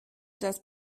das